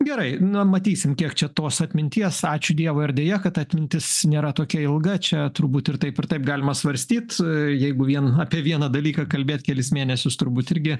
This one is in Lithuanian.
gerai na matysim kiek čia tos atminties ačiū dievui ar deja kad atmintis nėra tokia ilga čia turbūt ir taip ir taip galima svarstyt jeigu vien apie vieną dalyką kalbėt kelis mėnesius turbūt irgi